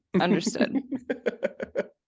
Understood